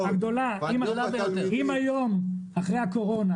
אם היום אחרי הקורונה,